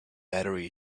battery